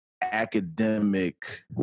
academic